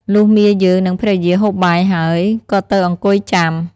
លុះមាយើង និងភរិយាហូបបាយហើយ ក៏ទៅអង្គុយចាំ។